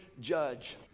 judge